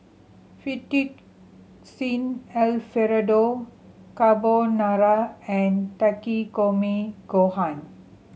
Fettuccine Alfredo Carbonara and Takikomi Gohan